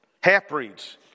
half-breeds